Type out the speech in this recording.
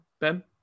ben